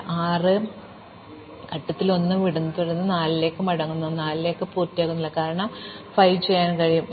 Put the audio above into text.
അതിനാൽ ഇപ്പോൾ ഞാൻ 6 ആം ഘട്ടത്തിൽ 1 വിടുന്നു തുടർന്ന് ഞാൻ 4 ലേക്ക് മടങ്ങുന്നു പക്ഷേ ഞാൻ 4 ലേക്ക് പൂർത്തിയാക്കുന്നില്ല കാരണം എനിക്ക് 5 ചെയ്യാൻ കഴിയും